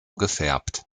gefärbt